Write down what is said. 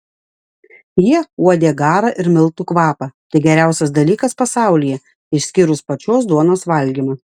jie uodė garą ir miltų kvapą tai geriausias dalykas pasaulyje išskyrus pačios duonos valgymą